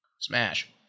Smash